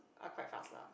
are quite fast lah